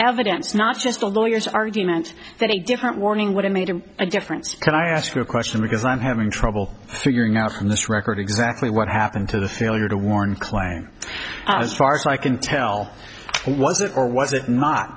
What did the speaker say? evidence not just a lawyer's argument that a different warning would have made a difference can i ask you a question because i'm having trouble figuring out from this record exactly what happened to the failure to warn claim as far as i can tell was it or was it not